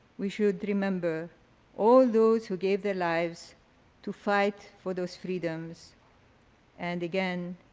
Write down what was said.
we should remember all those who gave their lives to fight for those freedoms and again,